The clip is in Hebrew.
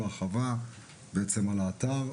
בעצם על האתר,